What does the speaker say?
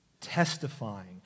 testifying